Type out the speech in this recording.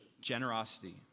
Generosity